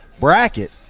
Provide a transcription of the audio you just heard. bracket